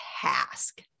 task